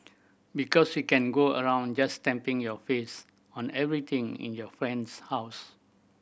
because you can go around just stamping your face on everything in your friend's house